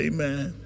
Amen